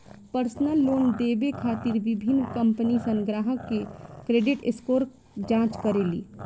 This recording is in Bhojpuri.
पर्सनल लोन देवे खातिर विभिन्न कंपनीसन ग्राहकन के क्रेडिट स्कोर जांच करेली